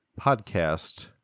Podcast